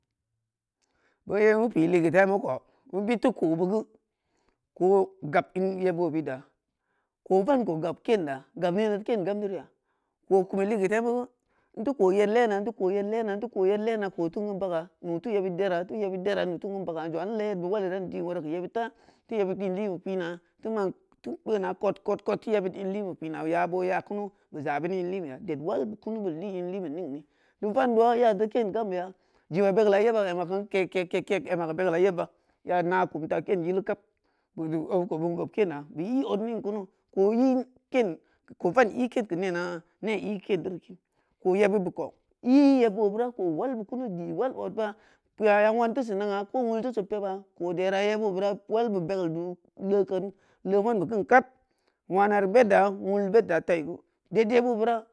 Boo ye meu pi’i ligeu temu ko meu bid teu kubeud geu kooh gabiyeb o beud da kooh van kou gam keenna gab nena keen gam diriya kooh kumeu ligeu temu geu in teu kooh yed leena in teu kooh yed leena in teu kooh yed leena kooh kein baga nuu teu yebud dera teu yebeud dera nuu tein keun baga jong’a in lee yed boga i dan din wora keu yebud ta teu yebeud in linbe pina teu man teu teu kpeena kod kod kod teu yebeud in li be pina y abo ya kunu beu za bami in linbeya ded wal beu kunu beu li in linbe ningne ne vando’a ya geu keen gambeya jiba begeula yebba ema kan keh keh keh keh ema keu begeula bay a na kum ta keen yilu kab o beun kou beun bob keen nu beu i oning kunu kooh i keen keu kooh van i keen keu nena ne i kenderi keun kooh yebeud be kou i yeb o beura kooh wal beu kunu di wal odba kpou a won teu sin nang’a ko wul teu sin peba kooh dera ye bora wal beu bogeul duu lee kean lee wan beu ken kad wana rib edda wul bedda tai gu dei dei beu bura.